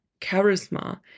charisma